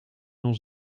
ons